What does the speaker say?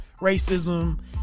racism